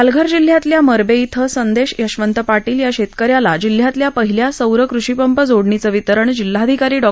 पालघर जिल्ह्यातल्या मरबे इथं संदेश यशवंत पाटील या शेतकऱ्यास जिल्ह्यातल्या पहिल्या सौर कृषीपंप जोडणीचं वितरण जिल्हाधिकारी डॉ